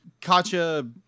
Kacha